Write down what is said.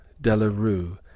delarue